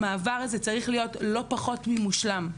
המעבר הזה צריך להיות לא פחות ממושלם: